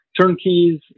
turnkeys